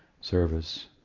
service